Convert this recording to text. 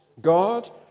God